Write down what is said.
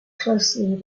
closely